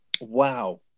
wow